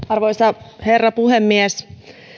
arvoisa herra puhemies